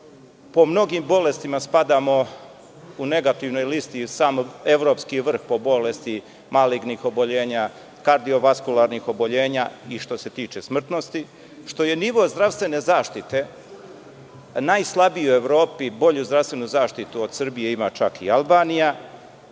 po mnogim bolestima spadamo u negativnoj listi u evropski vrh po bolesti malignih oboljenja, kardiovaskularnih oboljenja, što se tiče smrtnosti. Što je nivo zdravstvene zaštite najslabiji u Evropi, jer bolju zdravstvenu zaštitu ima čak i Albanija.